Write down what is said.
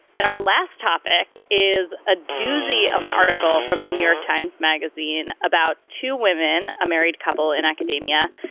and our last topic is a doozy of an article from the new york times magazine about two women, a married couple in academia,